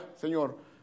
Señor